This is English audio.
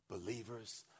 believers